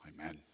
Amen